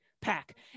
pack